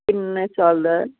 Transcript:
ਕਿੰਨੇ ਸਾਲ ਦਾ ਹੈ